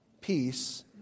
Peace